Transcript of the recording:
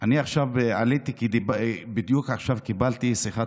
אני עכשיו עליתי כי בדיוק עכשיו קיבלתי שיחת